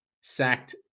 sacked